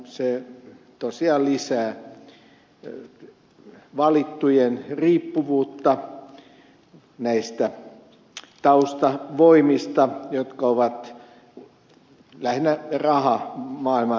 se tosiaan lisää valittujen riippuvuutta näistä taustavoimista jotka ovat lähinnä rahamaailman edustajia